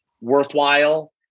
worthwhile